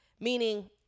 Meaning